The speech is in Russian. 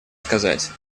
сказать